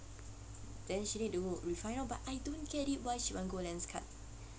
then she need to refind lor but I don't get it why she want go Lenskart